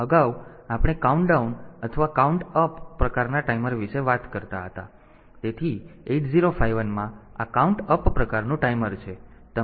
તેથી અગાઉ આપણે કાઉન્ટડાઉન અથવા કાઉન્ટ અપ પ્રકારના ટાઈમર વિશે વાત કરતા હતા તેથી 8051 માં આ કાઉન્ટ અપ પ્રકારનું ટાઈમર છે